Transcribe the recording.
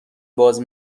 باز